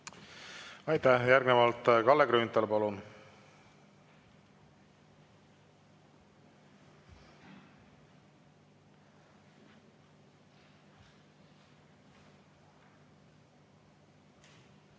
Aitäh! Järgnevalt Kalle Grünthal, palun!